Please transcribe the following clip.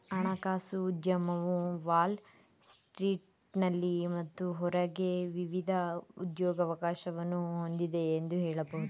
ಹಣಕಾಸು ಉದ್ಯಮವು ವಾಲ್ ಸ್ಟ್ರೀಟ್ನಲ್ಲಿ ಮತ್ತು ಹೊರಗೆ ವಿವಿಧ ಉದ್ಯೋಗವಕಾಶಗಳನ್ನ ಹೊಂದಿದೆ ಎಂದು ಹೇಳಬಹುದು